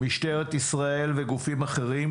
משטרת ישראל וגופים אחרים